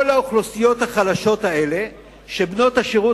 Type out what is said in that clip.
כל האוכלוסיות החלשות האלה כשבנות השירות